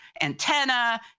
antenna